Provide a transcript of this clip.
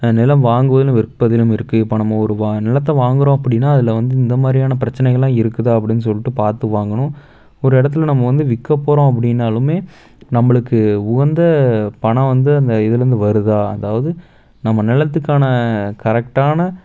நிலம் வாங்குவதிலும் விற்பதிலும் இருக்குது இப்போ நம்ம ஒரு வா நிலத்தை வாங்குகிறோம் அப்படின்னா அதில் வந்து இந்தமாதிரியான பிரச்சனைகள்லாம் இருக்குதா அப்படினு சொல்லிட்டு பார்த்து வாங்கணும் ஒரு இடத்துல நம்ம வந்து விற்க போகிறோம் அப்படினாலுமே நம்மளுக்கு உகந்த பணம் வந்து அந்த இதுலேருந்து வருதா அதாவது நம்ம நிலத்துக்கான கரெக்டான